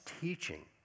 teaching